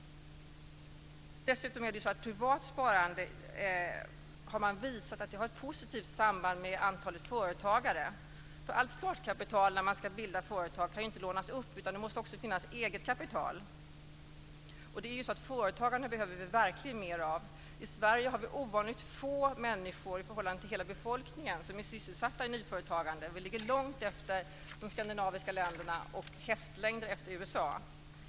Dessutom har man visat att privat sparande har ett positivt samband med antalet företagare. Allt startkapital kan ju inte lånas upp när man ska bilda ett företag, utan det måste också finnas eget kapital. Och företagarna behöver vi verkligen mer av! I Sverige har vi ovanligt få människor i förhållande till hela befolkningen som är sysselsatta i nyföretagande. Vi ligger långt efter de andra skandinaviska länderna och hästlängder efter USA.